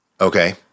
Okay